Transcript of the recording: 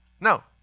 No